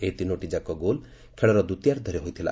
ଏହି ତିନୋଟି ଯାକ ଗୋଲ୍ ଖେଳର ଦ୍ୱିତୀୟାର୍ଦ୍ଧରେ ହୋଇଥିଲା